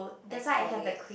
exfoliate